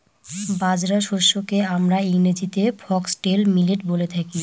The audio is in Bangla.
বাজরা শস্যকে আমরা ইংরেজিতে ফক্সটেল মিলেট বলে থাকি